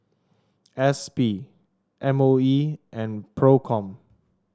S P M O E and Procom